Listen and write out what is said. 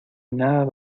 nada